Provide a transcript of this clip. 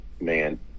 man